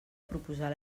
proposar